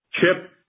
Chip